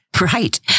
Right